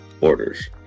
orders